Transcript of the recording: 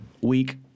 week